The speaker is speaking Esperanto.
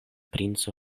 princo